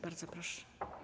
Bardzo proszę.